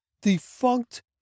defunct